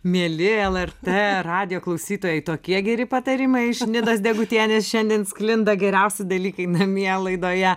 mieli lrt radijo klausytojai tokie geri patarimai iš nidos degutienės šiandien sklinda geriausi dalykai namie laidoje